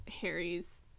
harry's